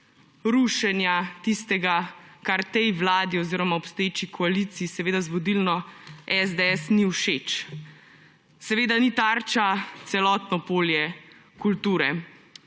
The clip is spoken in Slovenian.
rušenja tistega, kar tej vladi oziroma obstoječi koaliciji, seveda z vodilno SDS, ni všeč. Seveda ni tarča celotno polje kulture.